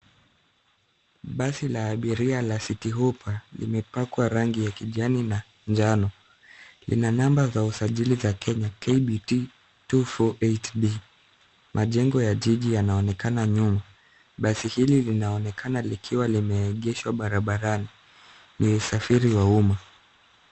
Basi la abiria la City Hoppa limepakwa rangi ya kijani na njano. Lina namba za usajili za Kenya KBT 248D. Majengo ya jiji yanaonekana nyuma. Basi hili linaonekana likiwa limeegeshwa barabarani. Ni usafiri wa umma.